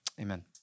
amen